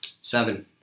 Seven